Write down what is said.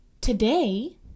Today